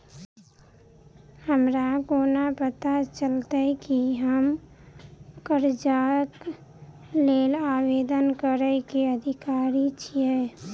हमरा कोना पता चलतै की हम करजाक लेल आवेदन करै केँ अधिकारी छियै?